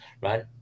right